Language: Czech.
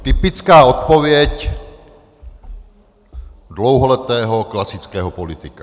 Typická odpověď dlouholetého klasického politika.